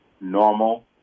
normal